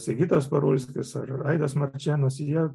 sigitas parulskis ar aidas marčėnas jie